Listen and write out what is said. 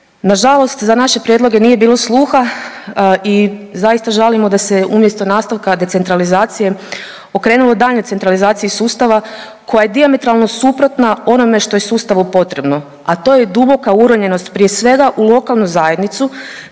nažalost za naše prijedloge nije bilo sluha i zaista žalimo da se umjesto nastavka decentralizacije okrenulo daljnjoj centralizaciji sustava koja je dijametralno suprotna onome što je sustavu potrebno, a to je duboka uronjenost prije svega u lokalnu zajednicu,